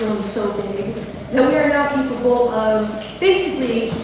so big that we are not capable of basically